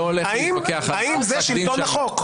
זה שלטון החוק.